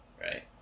right